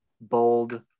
bold